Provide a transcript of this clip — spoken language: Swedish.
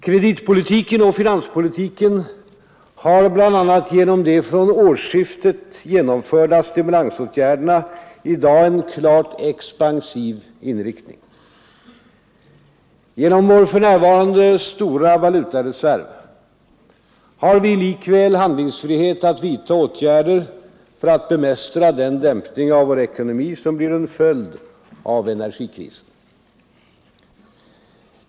Kreditpolitiken och finanspolitiken har bl.a. genom de från årsskiftet genomförda stimulansåtgärderna i dag en klart expansiv inriktning. Genom vår för närvarande stora valutareserv har vi likväl handlingsfrihet att vidta åtgärder för att bemästra den dämpning av vår ekonomi, som blir en följd av energikrisen.